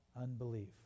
unbelief